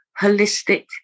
holistic